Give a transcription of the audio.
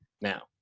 now